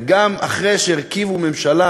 וגם אחרי שהרכיבו ממשלה,